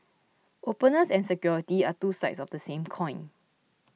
openness and security are two sides of the same coin